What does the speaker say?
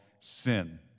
sin